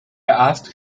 asked